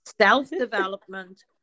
Self-development